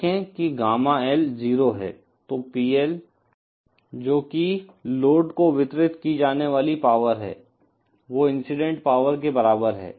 देखें कि gamma L 0 है तो PL जो की लोड को वितरित की जाने वाली पावर है वो इंसिडेंट पावर के बराबर है